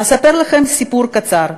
אספר לכם סיפור קצר.